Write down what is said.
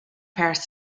paris